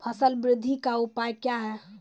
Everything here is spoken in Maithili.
फसल बृद्धि का उपाय क्या हैं?